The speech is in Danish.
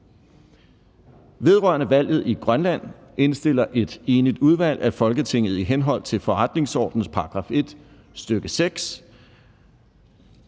Vedrørende valget i Grønland indstiller et enigt udvalg, at Folketinget i henhold til forretningsordenens § 1, stk. 6,